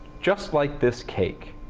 just like this cake.